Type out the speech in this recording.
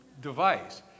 device